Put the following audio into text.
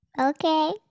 Okay